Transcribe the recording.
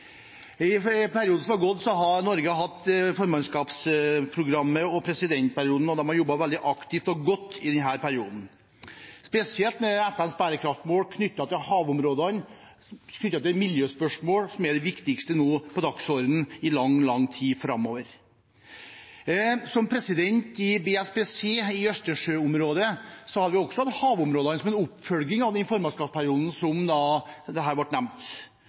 I perioden som har gått, har Norge hatt formannskapsprogrammet og presidentperioden, og de har jobbet veldig aktivt og godt i denne perioden, spesielt når det gjelder FNs bærekraftsmål knyttet til havområdene og miljøspørsmål, som er det viktigste på dagsordenen i lang, lang tid framover. Som president i BSPC, Østersjøsamarbeidet, vil jeg si at vi også har hatt havområdene oppe som en oppfølging av formannskapsperioden, som her ble nevnt.